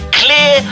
clear